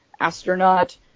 astronaut